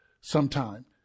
sometime